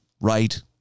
right